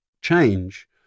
change